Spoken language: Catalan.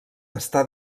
està